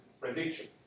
prediction